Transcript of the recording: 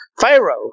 Pharaoh